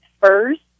first